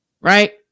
right